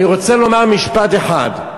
אני רוצה לומר משפט אחד.